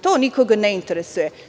To nikoga ne interesuje.